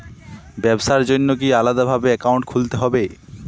ব্যাবসার জন্য কি আলাদা ভাবে অ্যাকাউন্ট খুলতে হবে?